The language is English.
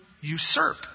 usurp